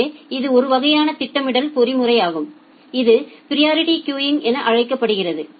எனவே இது ஒரு வகையான திட்டமிடல் பொறிமுறையாகும் இது பிரியாரிட்டி கியூவிங் என அழைக்கப்படுகிறது